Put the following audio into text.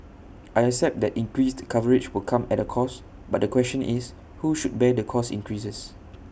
I accept that increased coverage will come at A cost but the question is who should bear the cost increases